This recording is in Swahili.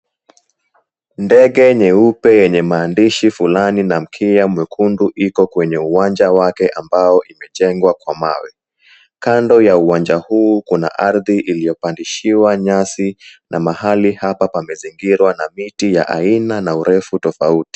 Ndege nyeupe yenye maandishi fulani na mkia mwekundu iko kwenye uwanja wake ambao imejengwa kwa mawe, kando ya uwanja hu kuna ardhi iliyopandishiwa nyasi na mahali hapa pamezingirwa na miti ya aina na urefu tofauti.